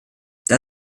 das